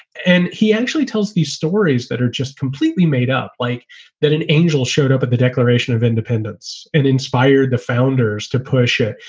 and he actually tells these stories that are just completely made up like that. an angel showed up at the declaration of independence and inspired the founders to push it.